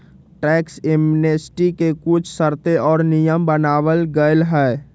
tax amnesty के कुछ शर्तें और नियम बनावल गयले है